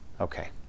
Okay